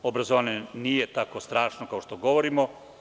Obrazovanje nije tako strašno kao što govorimo.